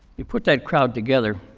you put that crowd together,